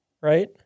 right